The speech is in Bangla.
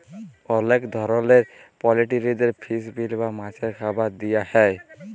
অলেক ধরলের পলটিরিদের ফিস মিল বা মাছের খাবার দিয়া হ্যয়